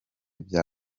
bya